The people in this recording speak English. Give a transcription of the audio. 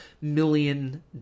million